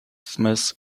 smith